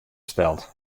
steld